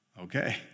okay